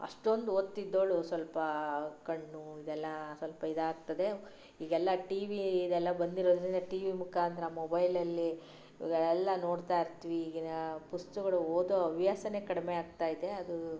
ಅಷ್ಟೊಂದು ಒದ್ತಿದ್ದೋಳು ಸ್ವಲ್ಪ ಕಣ್ಣು ಇದೆಲ್ಲಾ ಸ್ವಲ್ಪ ಇದಾಗ್ತದೆ ಈಗೆಲ್ಲಾ ಟಿ ವಿ ಇದೆಲ್ಲಾ ಬಂದಿರೋದ್ರಿಂದ ಟಿ ವಿ ಮುಖಾಂತರ ಮೊಬೈಲಲ್ಲಿ ಈಗ ಎಲ್ಲಾ ನೋಡ್ತಾ ಇರ್ತೀವಿ ಈಗಿನ ಪುಸ್ತಕಗಳು ಓದೋ ಹವ್ಯಾಸವೇ ಕಡಿಮೆ ಆಗ್ತಾ ಇದೆ ಅದು